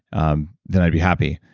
um then i'd be happy.